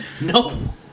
No